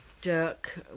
dirk